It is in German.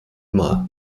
mal